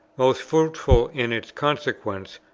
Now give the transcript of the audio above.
most fruitful in its consequences,